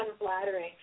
unflattering